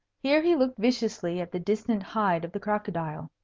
here he looked viciously at the distant hide of the crocodile.